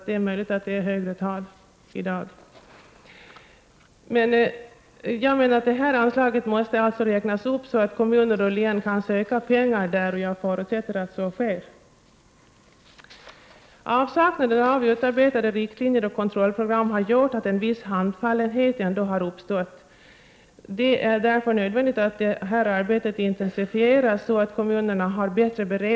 Det understryker den tyngd som regeringen ger drickskvattenfrågorna.